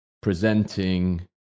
presenting